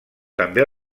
també